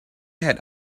had